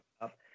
up